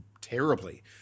terribly